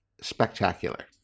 spectacular